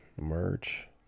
merch